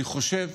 אני חושב